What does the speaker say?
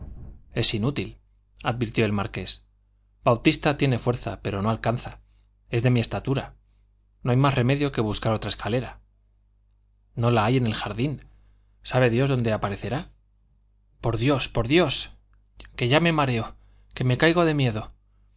cochero es inútil advirtió el marqués bautista tiene fuerza pero no alcanza es de mi estatura no hay más remedio que buscar otra escalera no la hay en el jardín sabe dios dónde parecerá por dios por dios que ya me mareo que me caigo de miedo